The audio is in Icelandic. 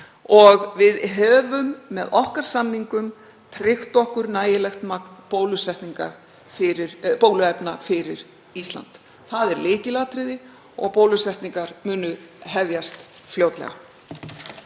og við höfum með samningum okkar tryggt okkur nægilegt magn bóluefna fyrir Ísland. Það er lykilatriði og bólusetningar munu hefjast fljótlega.